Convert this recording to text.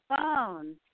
phone